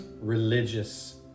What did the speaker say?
religious